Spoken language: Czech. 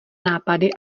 nápady